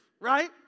right